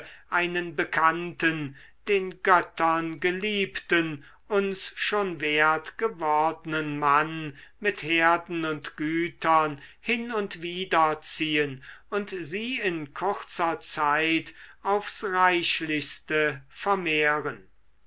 einen bekannten den göttern geliebten uns schon wert gewordnen mann mit herden und gütern hin und wider ziehen und sie in kurzer zeit aufs reichlichste vermehren